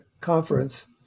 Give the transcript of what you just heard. conference